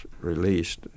released